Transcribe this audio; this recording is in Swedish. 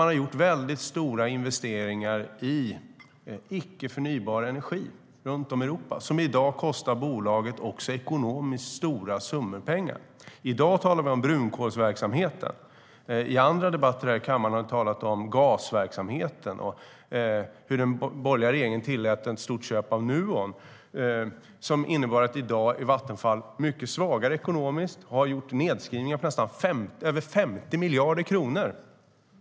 Man har gjort väldigt stora investeringar i icke-förnybar energi runt om i Europa, som i dag kostar bolaget stora summor pengar. I dag talar vi om brunkolsverksamheten. I andra debatter i kammaren har vi talat om gasverksamheten och att den borgerliga regeringen tillät ett stort köp av Nuon. Det har inneburit att Vattenfall i dag är mycket svagare ekonomiskt och på grund av affären har gjort nedskrivningar på över 50 miljarder kronor.